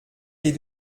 les